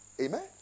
Amen